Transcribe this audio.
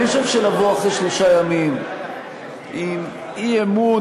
אני חושב שלבוא אחרי שלושה ימים עם אי-אמון